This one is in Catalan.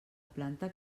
planta